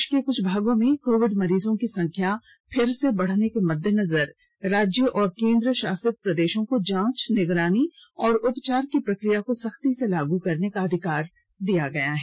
देश के कुछ भागों में कोविड मरीजों की संख्या फिर से बढ़ने के मद्देनजर राज्य और केन्द्रशासित प्रदेशों को जांच निगरानी और उपचार की प्रक्रिया को सख्ती से लागू करने का अधिकार दिया गया है